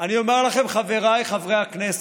אני אומר לכם, חבריי חברי הכנסת,